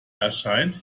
erscheint